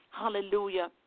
Hallelujah